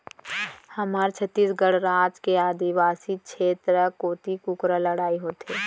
हमर छत्तीसगढ़ राज के आदिवासी छेत्र कोती कुकरा लड़ई होथे